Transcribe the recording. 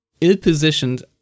ill-positioned